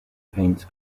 paints